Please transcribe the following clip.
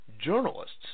journalists